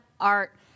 art